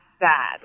bad